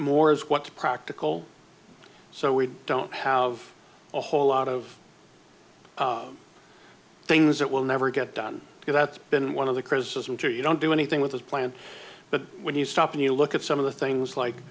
more as what practical so we don't have a whole lot of things that will never get done because that's been one of the criticisms are you don't do anything with this plan but when you stop and you look at some of the things like